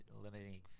limiting